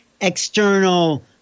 external